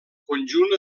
conjunt